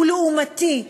הם לעומתיים אליכם.